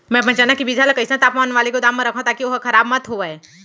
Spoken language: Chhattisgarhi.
मैं अपन चना के बीजहा ल कइसन तापमान वाले गोदाम म रखव ताकि ओहा खराब मत होवय?